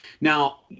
Now